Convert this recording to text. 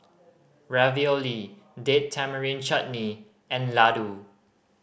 Ravioli Date Tamarind Chutney and Ladoo